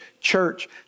church